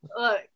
Look